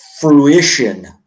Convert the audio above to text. fruition